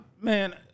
Man